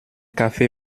kaffee